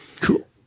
Cool